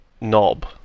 knob